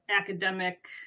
academic